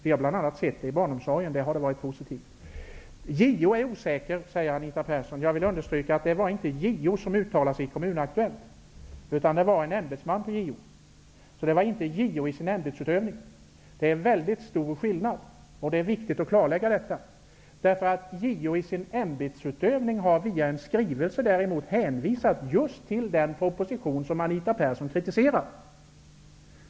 Vi har bl.a. sett det i barnomsorgen, där det har varit positivt. JO är osäker, säger Anita Persson. Jag vill understryka att det inte var JO som uttalade sig i tidningen Kommun-Aktuellt, utan det var en ämbetsman på JO. Det är en stor skillnad -- det är viktigt att klarlägga detta. JO i sin ämbetsutövning har däremot via en skrivelse hänvisat just till den proposition som Anita Persson kritiserar.